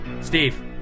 Steve